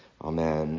Amen